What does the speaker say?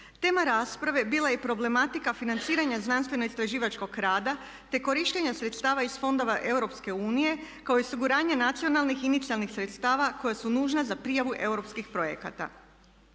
Tema rasprave bila je problematika financiranja znanstveno-istraživačkog rada, te korištenja sredstava iz fondova EU kao i osiguranje nacionalnih inicijalnih sredstava koja su nužna za prijavu europskih projekata.